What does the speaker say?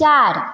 ચાર